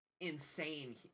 insane